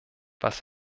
was